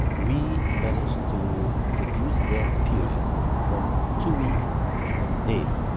we managed to reduce that period from two weeks to one day,